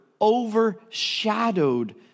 overshadowed